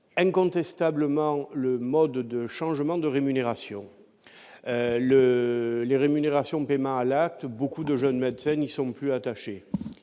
incontestablement le mode de changement de rémunération le les rémunérations paiement à l'acte, beaucoup de jeunes médecins n'y sont plus attachés,